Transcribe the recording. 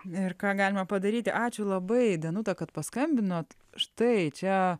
ir ką galima padaryti ačiū labai danuta kad paskambinot štai čia